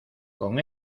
con